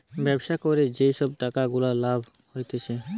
ব্যবসা করে যে সব টাকা গুলা লাভ হতিছে